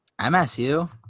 MSU